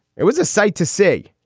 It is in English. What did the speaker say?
it was a sight to see.